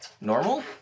normal